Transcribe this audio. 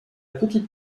petite